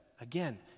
Again